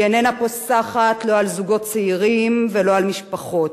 היא איננה פוסחת לא על זוגות צעירים ולא על משפחות,